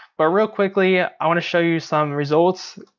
but real quickly, i wanna show you some results,